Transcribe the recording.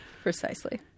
Precisely